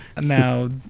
Now